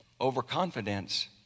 overconfidence